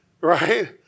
Right